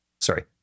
Sorry